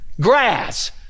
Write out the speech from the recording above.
Grass